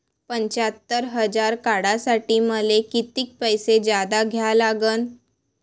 पंच्यात्तर हजार काढासाठी मले कितीक पैसे जादा द्या लागन?